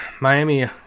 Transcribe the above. Miami